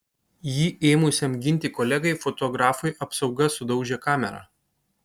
jį ėmusiam ginti kolegai fotografui apsauga sudaužė kamerą